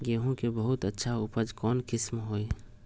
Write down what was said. गेंहू के बहुत अच्छा उपज कौन किस्म होई?